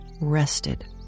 rested